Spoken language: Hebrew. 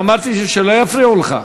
אמרתי שלא יפריעו לך.